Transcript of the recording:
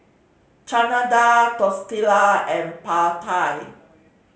Chana Dal Tortilla and Pad Thai